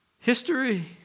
History